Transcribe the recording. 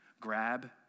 Grab